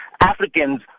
Africans